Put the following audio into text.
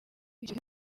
icyo